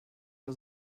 nur